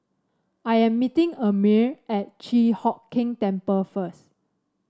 I am meeting Amir at Chi Hock Keng Temple first